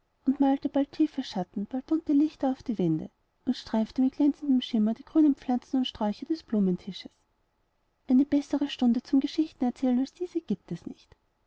malte bald tiefe schatten bald bunte lichter auf die wände und streifte mit glänzendem schimmer die grünen pflanzen und sträucher des blumentisches eine bessere stunde zum geschichtenerzählen als diese gibt es nicht